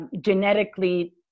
genetically